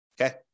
Okay